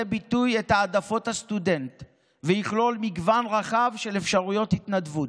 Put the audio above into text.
ביטוי את העדפות הסטודנט ויכלול מגוון רחב של אפשרויות התנדבות.